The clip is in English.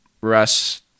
Russ